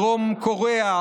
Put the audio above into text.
דרום קוריאה,